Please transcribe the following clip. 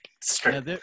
straight